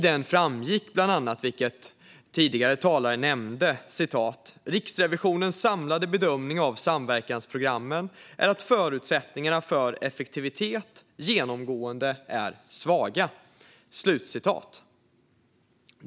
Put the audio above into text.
Det framgår bland annat, vilket tidigare talare nämnde, att Riksrevisionens samlade bedömning av samverkansprogrammen är att förutsättningarna för effektivitet genomgående är svaga.